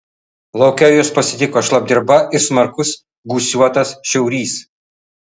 lauke juos pasitiko šlapdriba ir smarkus gūsiuotas šiaurys